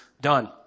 done